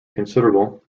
considerable